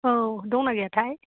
औ दंना गैयाथाय